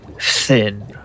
thin